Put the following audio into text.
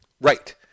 Right